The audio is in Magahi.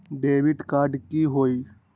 डेबिट कार्ड की होई?